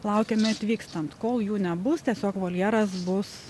laukiame atvykstant kol jų nebus tiesiog voljeras bus